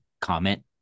comment